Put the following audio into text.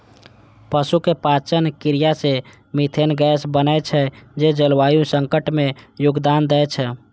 पशुक पाचन क्रिया सं मिथेन गैस बनै छै, जे जलवायु संकट मे योगदान दै छै